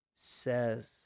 says